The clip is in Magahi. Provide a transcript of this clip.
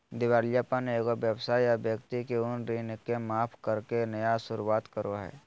दिवालियापन एगो व्यवसाय या व्यक्ति के उन ऋण के माफ करके नया शुरुआत करो हइ